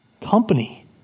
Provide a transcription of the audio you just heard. company